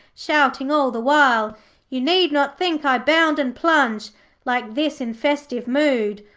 shouting all the while you need not think i bound and plunge like this in festive mood.